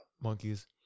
Monkeys